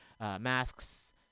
Masks